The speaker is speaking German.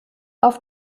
auf